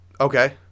Okay